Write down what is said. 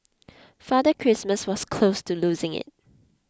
father Christmas was close to losing it